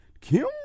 Kim